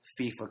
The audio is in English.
FIFA